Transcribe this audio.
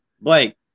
Blake